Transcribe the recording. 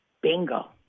Bingo